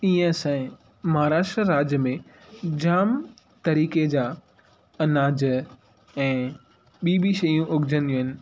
ई एस आए महाराष्ट्र राज्य में जाम तरीक़े जा अनाज ऐं ॿीं ॿीं शयूं उगजंदियूं आहिनि